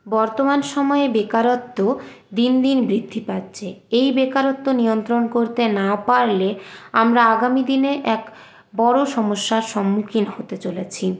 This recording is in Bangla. বর্তমান সময়ে বেকারত্ব দিন দিন বৃদ্ধি পাচ্ছে এই বেকারত্ব নিয়ন্ত্রণ করতে না পারলে আমরা আগামী দিনে এক বড় সমস্যার সম্মুখীন হতে চলেছি